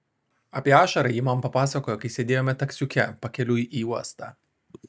apie ašarą ji man papasakojo kai sėdėjome taksiuke pakeliui į uostą